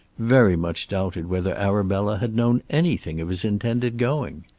very much doubted whether arabella had known anything of his intended going.